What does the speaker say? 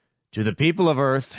to the people of earth,